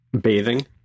bathing